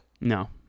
No